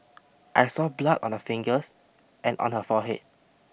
I saw blood on her fingers and on her forehead